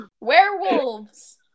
Werewolves